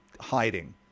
hiding